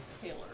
Taylor